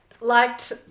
liked